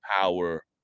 power